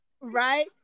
Right